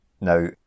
Now